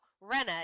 Rena